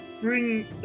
bring